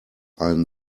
einen